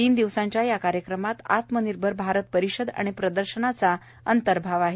तीन दिवसांच्या या कार्यक्रमामध्ये आत्मनिर्भर भारत परिषद आणि प्रदर्शनाचा अंतर्भाव आहे